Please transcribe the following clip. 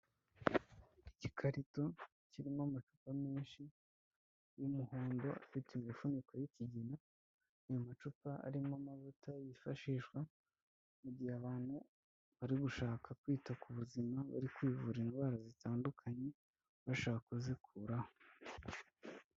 Igikarito kirimo amacupa menshi y'umuhondo afite imifuniko y'ikigina, ayo macupa arimo amavuta yifashishwa mu gihe abantu bari gushaka kwita ku buzima bari kwivura indwara zitandukanye bashaka kuzikuraho.